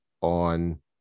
on –